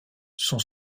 son